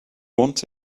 want